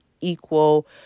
equal